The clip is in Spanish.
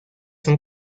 son